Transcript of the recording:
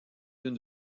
une